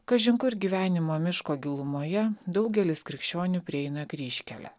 kažin kur gyvenimo miško gilumoje daugelis krikščionių prieina kryžkelę